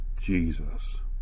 Jesus